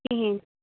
کِہنۍ